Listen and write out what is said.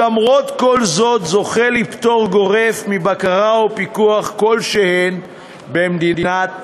ולמרות כל זאת זוכה לפטור גורף מבקרה ופיקוח כלשהם במדינת ישראל.